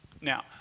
Now